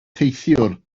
teithiwr